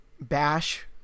bash